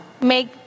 make